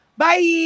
¡Bye